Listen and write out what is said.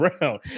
round